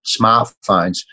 smartphones